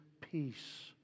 peace